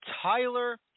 tyler